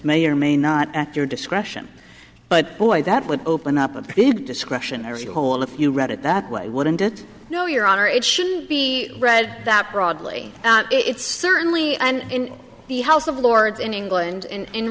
may or may not at your discretion but boy that would open up a big discretionary hole if you read it that way wouldn't it no your honor it should be read that broadly its certainly in the house of lords in england and